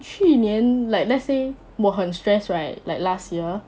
去年 like let's say 我很 stress right like last year